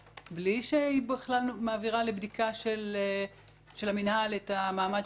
בלי שהיא מעבירה לבדיקה של המינהל את המעמד של הקרקע,